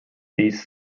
these